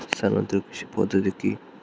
স্থানান্তর কৃষি পদ্ধতি কি?